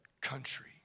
country